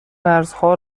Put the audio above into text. مرزها